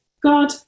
God